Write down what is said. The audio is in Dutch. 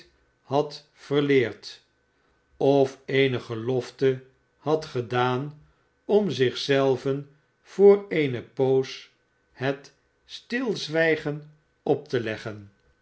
newgate hadverleerd of eene gelofte had gedaan om zich zelven voor eene poos het stilzwijgen op te leggen